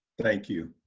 thank you.